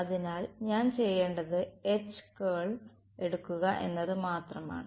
അതിനാൽ ഞാൻ ചെയ്യേണ്ടത് H കേൾ എടുക്കുക എന്നത് മാത്രമാണ്